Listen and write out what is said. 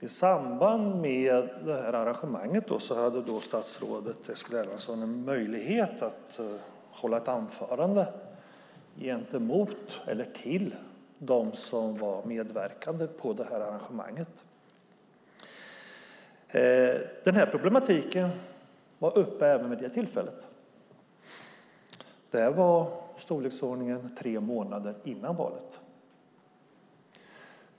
I samband med arrangemanget hade statsrådet en möjlighet att hålla ett anförande till de medverkande. Den problematik vi debatterar i dag var uppe vid detta tillfälle, alltså i storleksordningen tre månader före valet.